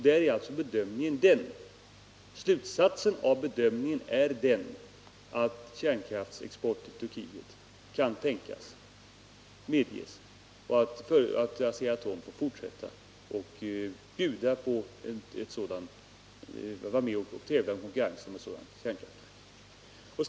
Där är alltså slutsatsen av bedömningen att en kärnkraftsexport till Turkiet kan tänkas medges och att Asea-Atom får vara med och tävla i konkurrensen om ett sådant kärnkraftverk.